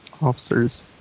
officers